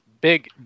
big